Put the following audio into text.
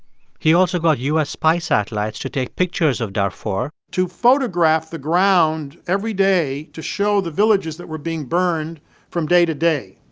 he also got u s. spy satellites to take pictures of darfur to photograph the ground every day to show the villages that were being burned from day to day.